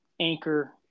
anchor